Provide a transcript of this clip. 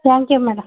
thank you madam